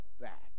back